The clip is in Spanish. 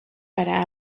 para